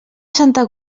santa